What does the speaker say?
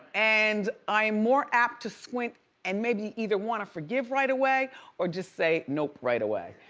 and i am more apt to squint and maybe either want to forgive right away or just say nope, right away.